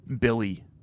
Billy